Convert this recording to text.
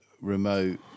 remote